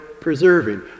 preserving